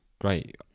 great